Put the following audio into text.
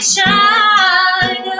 Shine